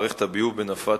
בכסלו התש"ע (25 בנובמבר 2009):